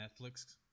Netflix